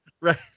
right